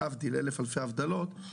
להבדיל אלף אלפי הבדלות,